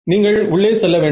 நீங்கள் உள்ளே செல்ல வேண்டும்